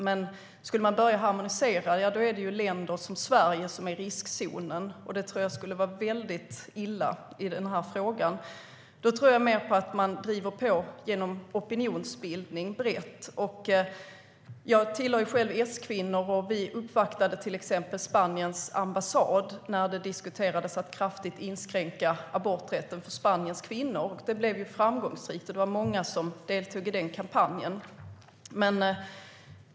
Men skulle man börja harmonisera är det länder som Sverige som är i riskzonen. Det skulle vara väldigt illa i den här frågan. Jag tror mer på att man driver på brett genom opinionsbildning. Jag tillhör själv S-kvinnor. Vi uppvaktade till exempel Spaniens ambassad när det diskuterades att kraftigt inskränka aborträtten för Spaniens kvinnor. Det blev framgångsrikt. Det var många som deltog i den kampanjen.